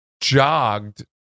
jogged